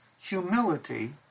humility